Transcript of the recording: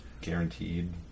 guaranteed